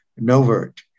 novert